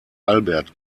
albert